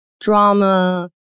drama